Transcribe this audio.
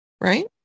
right